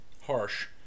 harsh